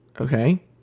Okay